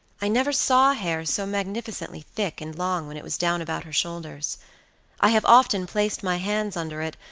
i never saw hair so magnificently thick and long when it was down about her shoulders i have often placed my hands under it,